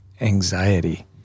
anxiety